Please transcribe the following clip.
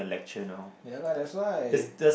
ya lah that's why